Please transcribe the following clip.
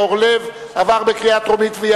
התש"ע-2010,